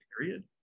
period